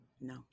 No